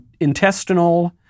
intestinal